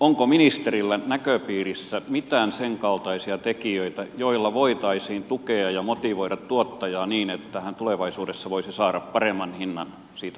onko ministerillä näköpiirissä mitään sen kaltaisia tekijöitä joilla voitaisiin tukea ja motivoida tuottajaa niin että hän tulevaisuudessa voisi saada paremman hinnan siitä omasta tuotteestaan